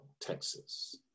Texas